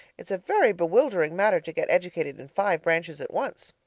it's a very bewildering matter to get educated in five branches at once.